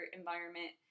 environment